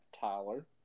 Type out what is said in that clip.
Tyler